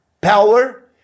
Power